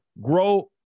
grow